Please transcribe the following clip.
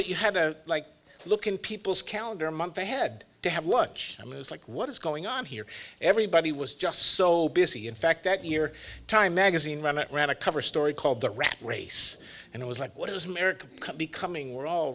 that you had to like look in people's calendar month ahead to have lunch i was like what is going on here everybody was just so busy in fact that year time magazine ran it ran a cover story called the rat race and it was like what is america becoming